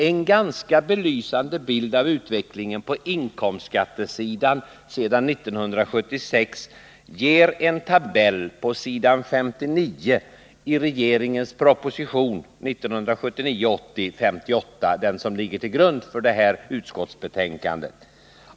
En ganska belysande bild av utvecklingen på inkomstskattesidan sedan 1976 ger tabellen på s. 59 i regeringens proposition 1979/80:58, vilken ligger till grund för det här utskottsbetänkandet.